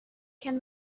can